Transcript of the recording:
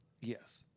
Yes